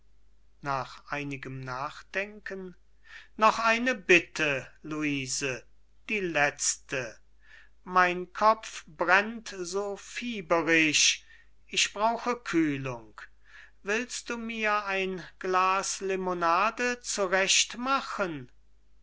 noch eine bitte luise die letzte mein kopf brennt so fieberisch ich brauch kühlung willst du mir ein glas limonade zurecht machen